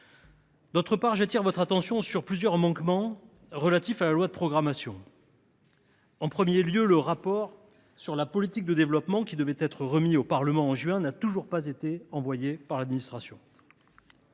ailleurs, j’attire votre attention sur plusieurs manquements aux objectifs de la loi de programmation. En premier lieu, le rapport sur la politique de développement, qui devait être remis au Parlement en juin, n’a toujours pas été envoyé par l’administration.